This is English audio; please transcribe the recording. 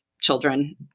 children